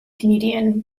comedian